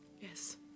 Yes